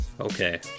Okay